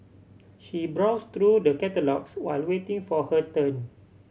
she browsed through the catalogues while waiting for her turn